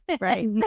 right